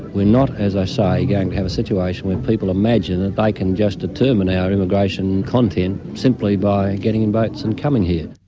we're not, as i say, going to have a situation where people imagine that they can just determine our immigration content simply by getting and boats and coming here.